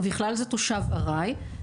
ובכלל זה תושב ארעי,